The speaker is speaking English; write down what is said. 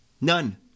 None